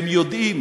הם יודעים